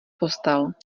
postel